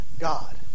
god